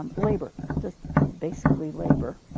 um labor, just basically labor.